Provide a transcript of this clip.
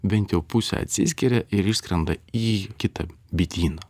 bent jau pusė atsiskiria ir išskrenda į kitą bityną